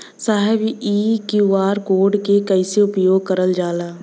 साहब इ QR code के कइसे उपयोग करल जाला?